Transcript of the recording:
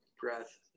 Breath